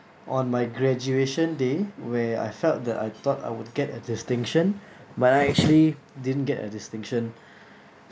on my graduation day where I felt that I thought I would get a distinction but I actually didn't get a distinction